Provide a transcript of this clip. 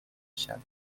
بشم